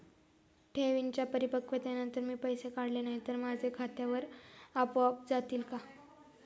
ठेवींच्या परिपक्वतेनंतर मी पैसे काढले नाही तर ते माझ्या खात्यावर आपोआप जातील का?